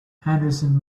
henderson